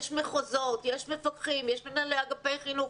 יש מחוזות, יש מפקחים, יש מנהלי אגפי חינוך.